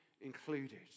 included